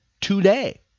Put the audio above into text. today